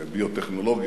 לביו-טכנולוגיה,